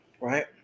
right